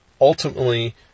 ultimately